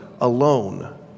alone